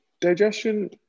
digestion